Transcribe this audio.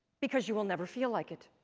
because you will never feel like it.